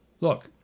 Look